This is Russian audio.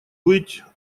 быть